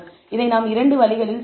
எனவே இதை நாம் 2 வழிகளில் செய்யலாம்